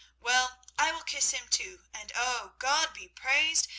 well, i will kiss him too, and oh! god be praised,